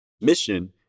mission